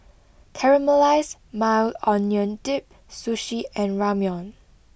Caramelized Maui Onion Dip Sushi and Ramyeon